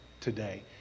today